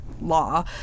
law